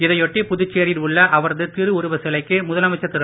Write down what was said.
இதையொட்டி புதுச்சேரியில் உள்ள அவரது திரு உருவ சிலைக்கு முதலமைச்சர் திரு